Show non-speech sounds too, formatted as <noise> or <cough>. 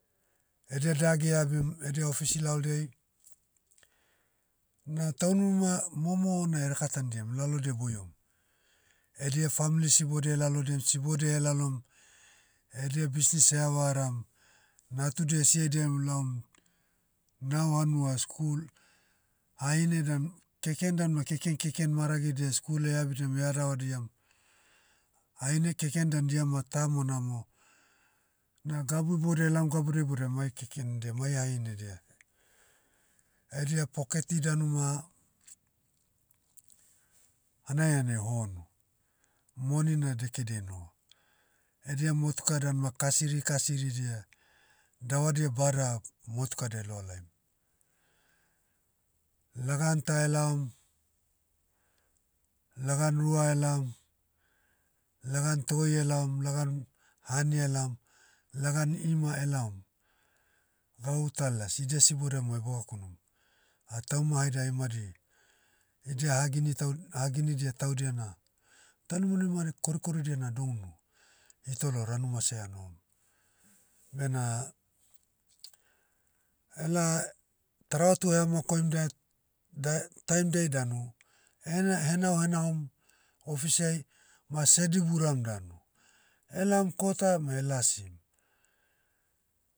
Edia dagi eabim edia ofesi lalodiai, na taununuma, momo na eraka tanidiam elalodia boiom. Edia famli sibodia elalodiam sibodia ehelalom, edia bisnis ehavaram, natudia esiaidiam elaom, nao hanua school, hahine dan, keken dan ma keken keken maragidia school eabidiam <hesitation> adavadiam, hahine keken dan dia ma tamona mo. Na gabu ibodia elaom gabudia ibodia mai kekendia, mai hahinedia. Edia poketi danu ma, hanai hanai honu. Moni na dekediai noho. Edia motuka dan ma kasiri kasiridia, davadia bada, motukade eloa laim. Lagan ta elaom, lagan rua elaom, lagan toi elaom lagan, hani elaom, lagan ima elaom, gauta las idia sibodia mo <hesitation> bogakunum. Ah tauma haida ai madi, idia hagini tau- aha ginidia taudia na, taunimanima hari korikoridia na dounu, hitolo ranumase anohom. Bena, ela, taravatu eha makoim da- da- taim diai danu, ehena- henao henahom, office ai, ma sediburam danu. Elaom kota ma elasim.